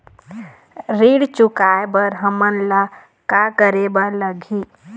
ऋण चुकाए बर हमन ला का करे बर लगही?